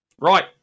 Right